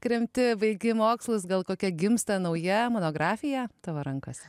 kremti baigi mokslus gal kokia gimsta nauja monografija tavo rankose